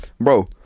bro